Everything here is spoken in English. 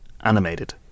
animated